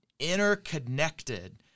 interconnected